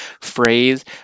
phrase